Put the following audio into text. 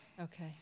Okay